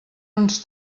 uns